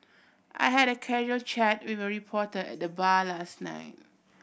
I had a casual chat with a reporter at the bar last night